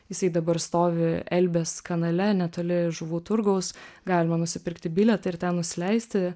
jisai dabar stovi elbės kanale netoli žuvų turgaus galima nusipirkti bilietą ir ten nusileisti